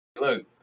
Look